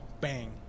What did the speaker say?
bang